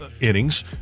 innings